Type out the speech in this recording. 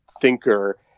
thinker